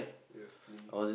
yes me